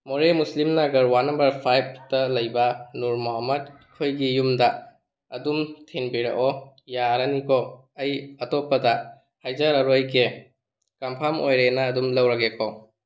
ꯃꯣꯔꯦ Muslimnagar ward number ꯐꯥꯏꯕꯇ ꯂꯩꯕ ꯅꯨꯔ ꯃꯨꯍꯥꯃꯗ ꯈꯣꯏꯒꯤ ꯌꯨꯝꯗ ꯑꯗꯨꯝ ꯊꯤꯟꯕꯤꯔꯛꯑꯣ ꯌꯥꯔꯅꯤ ꯀꯣ ꯑꯩ ꯑꯇꯣꯞꯄꯗ ꯍꯥꯏꯖꯔꯔꯣꯏꯒꯦ ꯀꯟꯐꯥꯔꯝ ꯑꯣꯏꯔꯦꯅ ꯑꯗꯨꯝ ꯂꯧꯔꯒꯦ ꯀꯣ